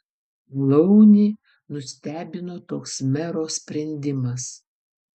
alaunį nustebino toks mero sprendimas